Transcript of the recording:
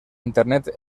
internet